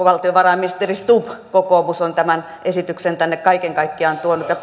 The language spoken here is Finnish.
valtiovarainministeri stubb kokoomus on tämän esityksen tänne kaiken kaikkiaan tuonut